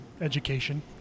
education